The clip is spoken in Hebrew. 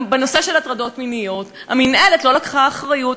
בנושא של הטרדות מיניות המינהלת לא לקחה אחריות.